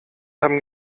haben